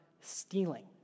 stealing